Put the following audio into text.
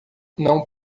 não